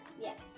Yes